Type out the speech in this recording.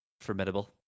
formidable